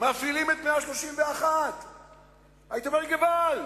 היו מפעילים את 131. היית אומר: געוואלד,